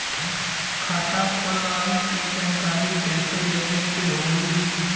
खाता खोलवावे के जानकारी कैसे लेवे के होई?